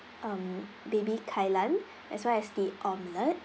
um baby kai lan as well as the omelette